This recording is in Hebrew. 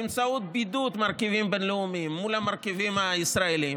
באמצעות בידוד מרכיבים בין-לאומיים מול המרכיבים הישראליים,